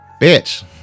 Bitch